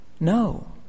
No